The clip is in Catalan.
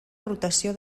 rotació